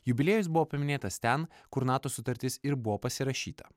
jubiliejus buvo paminėtas ten kur nato sutartis ir buvo pasirašyta